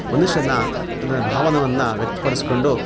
ಮನುಷ್ಯನ ತನ್ನ ಭಾವನೆಯನ್ನ ವ್ಯಕ್ತ ಪಡಿಸ್ಕೊಂಡು